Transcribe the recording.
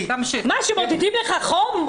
מה, כשמודדים לך חום?